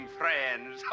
friends